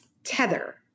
tether